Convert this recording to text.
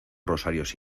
rosarios